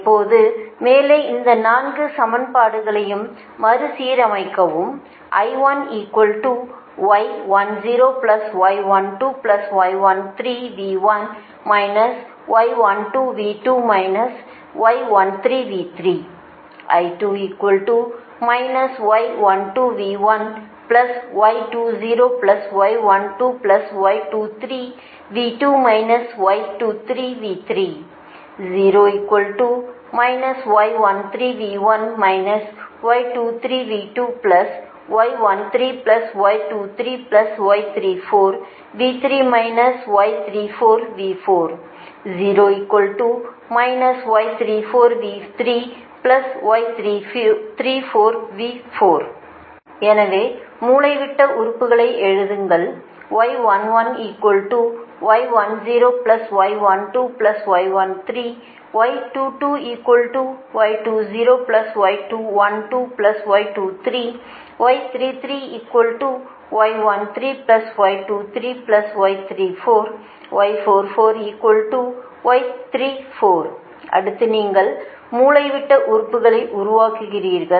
இப்போது மேலே இந்த 4 சமன்பாடுகளையும் மறுசீரமைக்கவும் எனவே மூலைவிட்ட உறுப்புகளை எழுதுங்கள் அடுத்து நீங்கள் மூலைவிட்ட உறுப்புகளை உருவாக்குகிறீர்கள்